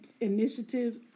initiatives